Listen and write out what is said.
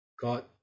god